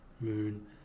moon